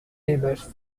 neighbours